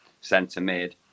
centre-mid